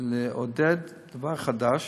לעודד דבר חדש,